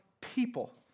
people